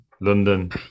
London